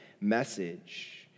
message